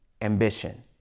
ambition